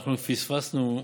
אנחנו פספסנו.